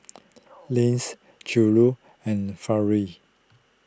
Lance Juli and Farrell